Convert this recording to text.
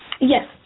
Yes